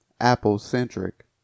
Apple-centric